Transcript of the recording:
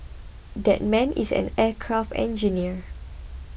that man is an aircraft engineer